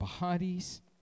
bodies